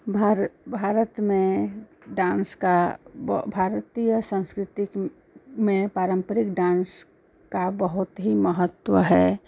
भार भारत में डान्स का भारतीय संस्कृति में पारम्परिक डान्स का बहुत ही महत्व है